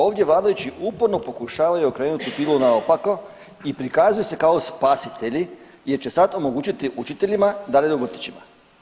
Ovdje vladajući uporno pokušavaju okrenuti pilu naopako i prikazuju se kao spasitelji, jer će sad omogućiti učiteljima da rade u vrtićima.